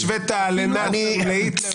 השווית להיטלר.